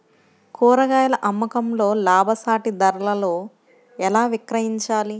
కూరగాయాల అమ్మకంలో లాభసాటి ధరలలో ఎలా విక్రయించాలి?